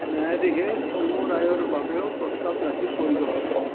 ন্যায়াধীশে চমু ৰায়ৰ বাবেও প্ৰস্তাৱ দাখিল কৰিব পাৰে